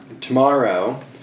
Tomorrow